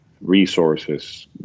resources